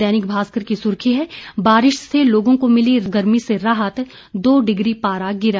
दैनिक भास्कर की सुर्खी है बारिश से लोगों को मिली गर्मी से राहत दो डिग्री पारा गिरा